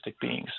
beings